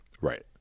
Right